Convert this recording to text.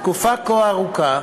תקופה כה ארוכה,